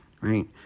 right